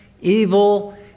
evil